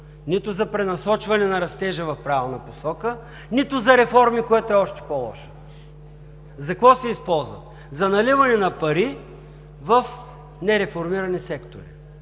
нито за пренасочване на растежа в правилна посока, нито за реформи, което е още по-лошо. За какво се използва? За наливане на пари в нереформирани сектори.